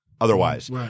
otherwise